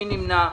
מי נמנע?